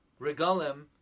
regalim